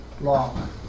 long